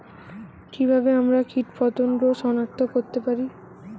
কিভাবে আমরা কীটপতঙ্গ সনাক্ত করতে পারি?